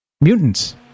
mutants